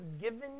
given